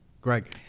Greg